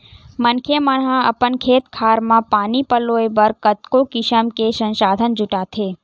मनखे मन ह अपन खेत खार म पानी पलोय बर कतको किसम के संसाधन जुटाथे